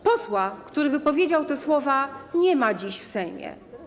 Posła, który wypowiedział te słowa, nie ma dziś w Sejmie.